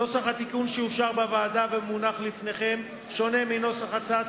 נוסח התיקון שאושר בוועדה והמונח בפניכם שונה מנוסח הצעת